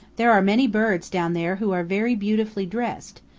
there are many birds down there who are very beautifully dressed,